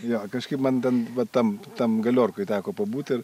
jo kažkaip man ten va tam tam galiorkoj teko pabūt ir